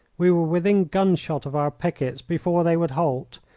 we were within gunshot of our pickets before they would halt,